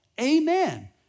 Amen